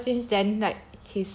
so like ever since then like